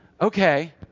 okay